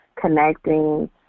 connecting